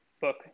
book